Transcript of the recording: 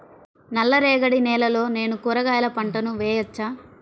నల్ల రేగడి నేలలో నేను కూరగాయల పంటను వేయచ్చా?